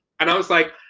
and i was like,